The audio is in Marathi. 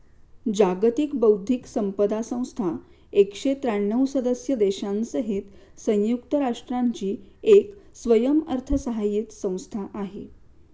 जागतिक बौद्धिक संपदा संस्था एकशे त्र्यांणव सदस्य देशांसहित संयुक्त राष्ट्रांची एक स्वयंअर्थसहाय्यित संस्था आहे